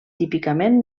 típicament